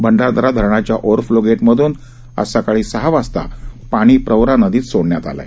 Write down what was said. भंडारदरा धरणाच्या overflow गेटमध्न रविवारी सकाळी सहा वाजता पाणी प्रवरा नदीत सोडण्यात आले आहे